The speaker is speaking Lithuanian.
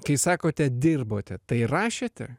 kai sakote dirbote tai rašėte